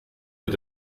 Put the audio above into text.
mit